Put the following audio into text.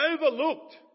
overlooked